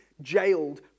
jailed